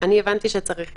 אני הבנתי שצריך אישור.